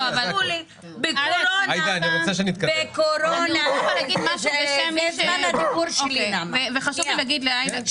אני רוצה לומר משהו שחשוב לי לומר לעאידה.